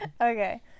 Okay